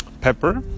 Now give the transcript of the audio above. pepper